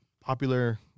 popular